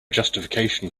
justification